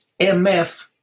MF